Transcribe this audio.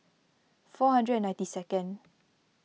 four hundred and ninety second